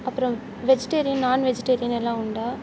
அப்புறோ வெஜிடேரியன் நான் வெஜிடேரியன் எல்லாம் உண்டா